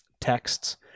texts